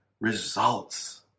results